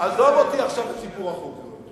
עזוב אותי עכשיו מסיפור החוקיות.